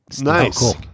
Nice